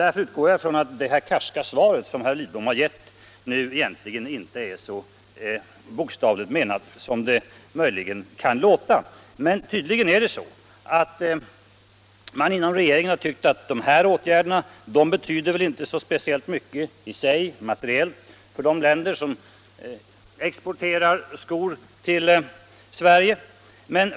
Därför utgår jag från att det karska svar som herr Lidbom nu lämnat egentligen inte är så bokstavligt menat som det låter. Tydligen är det så att man inom regeringen menat att dessa åtgärder inte betyder speciellt mycket materiellt sett för de länder som exporterar skor till Sverige.